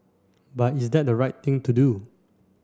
but is that the right thing to do